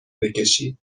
بکشی